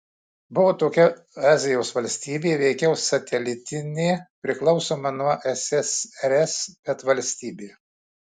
buvo tokia azijos valstybė veikiau satelitinė priklausoma nuo ssrs bet valstybė